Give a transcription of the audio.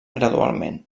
gradualment